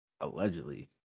allegedly